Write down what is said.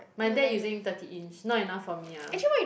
my dad using thirty inch not enough for me ah